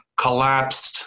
collapsed